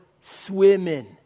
swimming